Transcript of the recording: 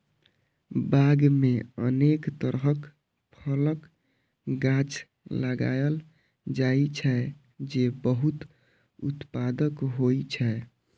बाग मे अनेक तरहक फलक गाछ लगाएल जाइ छै, जे बहुत उत्पादक होइ छै